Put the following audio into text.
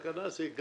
גם